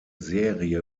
serie